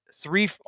three